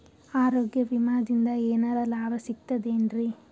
ಆರೋಗ್ಯ ವಿಮಾದಿಂದ ಏನರ್ ಲಾಭ ಸಿಗತದೇನ್ರಿ?